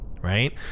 right